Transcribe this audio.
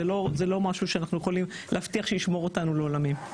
זה לא משהו שאנחנו יכולים להבטיח שישמור אותנו לעולמים.